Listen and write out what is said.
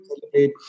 celebrate